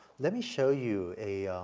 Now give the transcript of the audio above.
let me show you a,